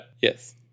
Yes